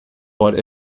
but